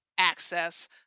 access